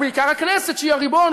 ובעיקר הכנסת שהיא הריבון,